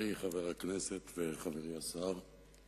חברי חבר הכנסת וחברי השר,